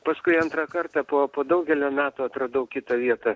paskui antrą kartą po po daugelio metų atradau kitą vietą